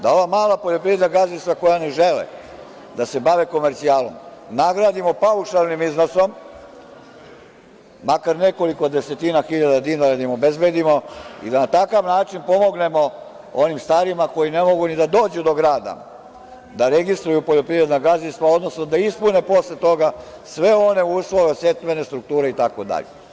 Da ova mala poljoprivredna gazdinstva, koja ne žele da se bave komercijalom, nagradimo paušalnim iznosom, makar nekoliko desetina hiljada dinara, da im obezbedimo i da na takav način pomognemo onim starima koji ne mogu ni da dođu do grada, da registruju poljoprivredna gazdinstva, odnosno da ispune posle toga sve one uslove setvene strukture itd.